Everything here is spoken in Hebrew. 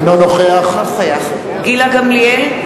אינו נוכח גילה גמליאל,